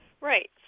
Right